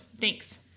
thanks